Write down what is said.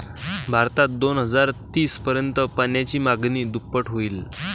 भारतात दोन हजार तीस पर्यंत पाण्याची मागणी दुप्पट होईल